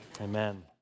amen